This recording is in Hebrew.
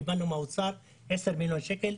קיבלנו מהאוצר 10 מיליון שקל.